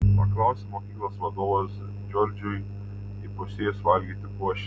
paklausė mokyklos vadovas džordžui įpusėjus valgyti košę